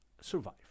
survive